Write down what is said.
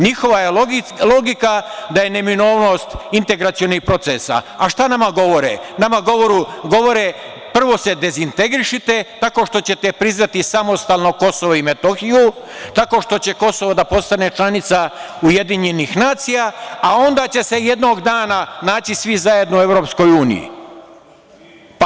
Njihova je logika da je neminovnost integracionih procesa, a šta nama govore, nama govore prvo se dezintegrišite tako što ćete priznati samostalno Kosovo i Metohiju, tako što će Kosova da postane članica Ujedinjenih nacija, a onda će se jednog dana naći svi zajedno u Evropskoj uniji.